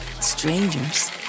Strangers